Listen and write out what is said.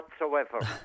whatsoever